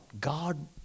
God